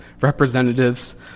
representatives